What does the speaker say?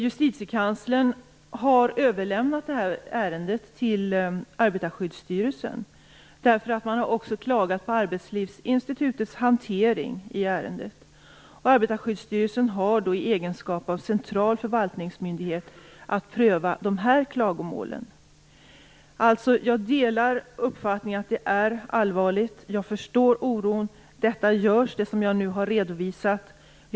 Justitiekanslern har överlämnat ärendet till Arbetarskyddsstyrelsen, därför att man också har klagat på Arbetslivsinstitutets hantering av ärendet. Arbetarskyddsstyrelsen har i egenskap av central förvaltningsmyndighet att pröva dessa klagomål. Jag delar uppfattningen att det är allvarligt. Jag förstår oron. Det som jag nu har redovisat görs.